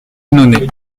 annonay